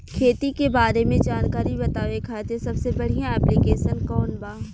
खेती के बारे में जानकारी बतावे खातिर सबसे बढ़िया ऐप्लिकेशन कौन बा?